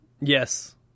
Yes